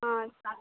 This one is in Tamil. ஆ சார்